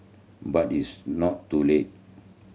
but it's not too late